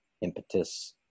impetus